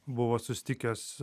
buvo susitikęs